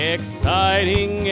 Exciting